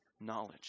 knowledge